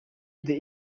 the